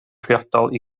priodol